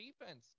defense